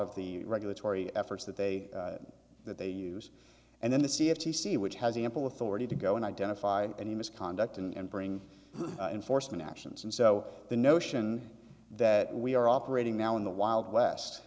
of the regulatory efforts that they that they use and then the c f c see which has ample authority to go and identify any misconduct and bring in forstmann actions and so the notion that we are operating now in the wild west